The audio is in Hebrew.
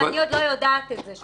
אני הולך לבתי משפט.